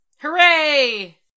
Hooray